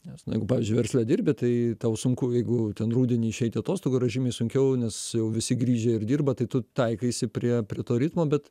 nes nu jeigu pavyzdžiui versle dirbi tai tau sunku jeigu ten rudenį išeiti atostogų yra žymiai sunkiau nes visi grįžę ir dirba tai tu taikaisi prie prie to ritmo bet